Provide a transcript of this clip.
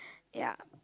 ya